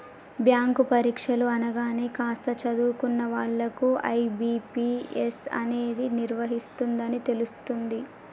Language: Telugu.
బ్యాంకు పరీక్షలు అనగానే కాస్త చదువుకున్న వాళ్ళకు ఐ.బీ.పీ.ఎస్ అనేది నిర్వహిస్తుందని తెలుస్తుంది